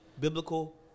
biblical